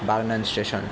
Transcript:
Bagnan station